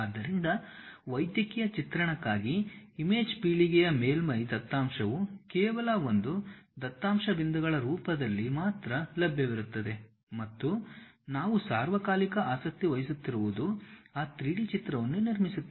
ಆದ್ದರಿಂದ ವೈದ್ಯಕೀಯ ಚಿತ್ರಣಕ್ಕಾಗಿ ಇಮೇಜ್ ಪೀಳಿಗೆಯ ಮೇಲ್ಮೈ ದತ್ತಾಂಶವು ಕೇವಲ ಒಂದು ದತ್ತಾಂಶ ಬಿಂದುಗಳ ರೂಪದಲ್ಲಿ ಮಾತ್ರ ಲಭ್ಯವಿರುತ್ತದೆ ಮತ್ತು ನಾವು ಸಾರ್ವಕಾಲಿಕ ಆಸಕ್ತಿ ವಹಿಸುತ್ತಿರುವುದು ಆ 3D ಚಿತ್ರವನ್ನು ನಿರ್ಮಿಸುತ್ತಿದೆ